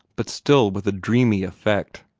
but still with a dreamy effect.